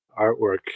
artwork